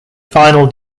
final